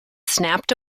snapped